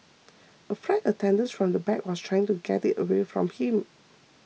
a flight attendant from the back was trying to get it away from him